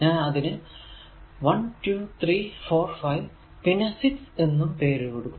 ഞാൻ അതിനു 1 2 3 4 5 പിന്നെ 6 എന്നും പേര് കൊടുക്കുന്നു